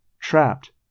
trapped